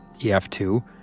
EF2